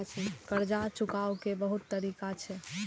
कर्जा चुकाव के बहुत तरीका छै?